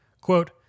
Quote